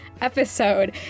episode